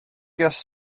guest